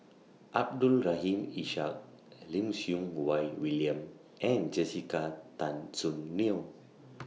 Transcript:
Abdul Rahim Ishak Lim Siew Wai William and Jessica Tan Soon Neo